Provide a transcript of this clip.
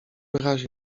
razie